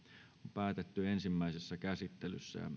päätettiin ensimmäisessä käsittelyssä